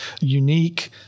unique